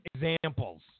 examples